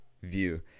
view